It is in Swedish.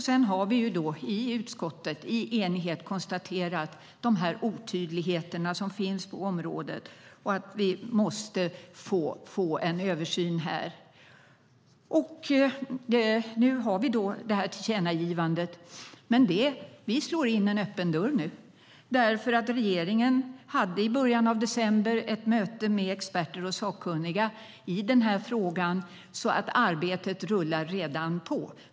Sedan har vi i utskottet i enighet konstaterat de otydligheter som finns på området och att vi måste få en översyn här. Nu har vi detta tillkännagivande. Men vi slår in en öppen dörr. Regeringen hade i början av december ett möte med experter och sakkunniga i frågan, så arbetet rullar redan på.